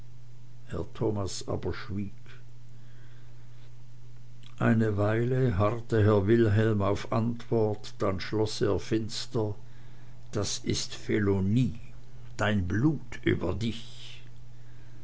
thomas aber schwieg eine weile harrte herr wilhelm auf antwort dann schloß er finster das ist felonie dein blut über dich